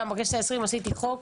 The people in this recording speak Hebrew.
בכנסת העשרים עשיתי חוק